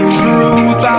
truth